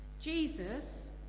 Jesus